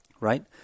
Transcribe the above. Right